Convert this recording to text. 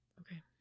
Okay